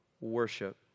worship